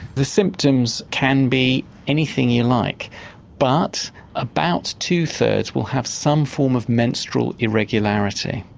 the symptoms can be anything you like but about two thirds will have some form of menstrual irregularity.